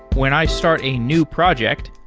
when i start a new project,